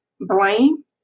blame